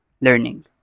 learning